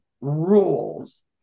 rules